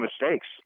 mistakes